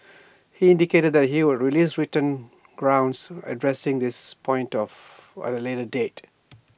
he indicated that he would release written grounds addressing this point of at A later date